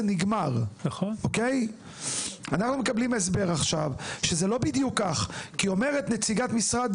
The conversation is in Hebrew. אנחנו מקבלים הסבר על כך שזה לא בדיוק כך; נציגת משרד